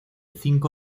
cinco